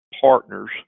partners